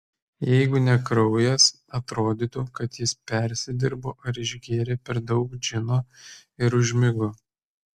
jeigu ne kraujas atrodytų kad jis persidirbo ar išgėrė per daug džino ir užmigo